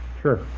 Sure